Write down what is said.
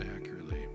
accurately